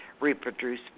reproduce